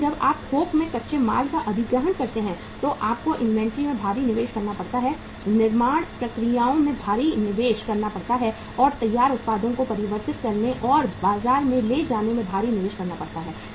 लेकिन जब आप थोक में कच्चे माल का अधिग्रहण करते हैं तो आपको इन्वेंट्री में भारी निवेश करना पड़ता है निर्माण प्रक्रियाओं में भारी निवेश करना पड़ता है और तैयार उत्पादों को परिवर्तित करने और बाजार में ले जाने में भारी निवेश करना पड़ता है